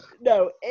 no